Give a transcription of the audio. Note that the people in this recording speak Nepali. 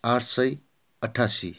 आठ सय अठासी